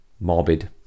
Morbid